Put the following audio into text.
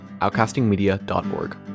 outcastingmedia.org